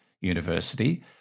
University